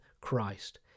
Christ